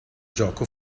gioco